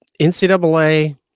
NCAA